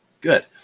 Good